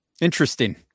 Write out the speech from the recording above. Interesting